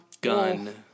Gun